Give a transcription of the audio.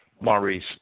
Maurice